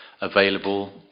available